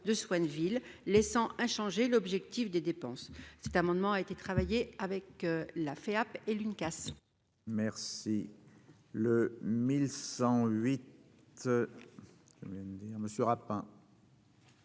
de soins de ville, laissant inchangé l'objectif des dépenses, cet amendement a été travaillé avec la FAP et l'une